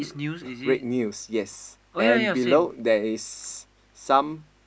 red news yes and below there is some